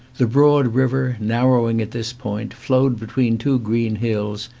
the broad river, narrowing at this point, flowed between two green hills,